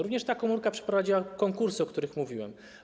Również ta komórka przeprowadziła konkursy, o których mówiłem.